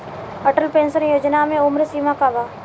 Atal pension Yojana मे उम्र सीमा का बा?